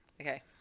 Okay